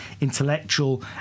intellectual